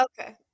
Okay